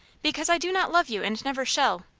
because i do not love you, and never shall,